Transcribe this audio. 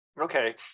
Okay